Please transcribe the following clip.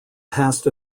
passed